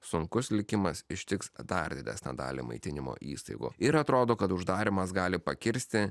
sunkus likimas ištiks dar didesnę dalį maitinimo įstaigų ir atrodo kad uždarymas gali pakirsti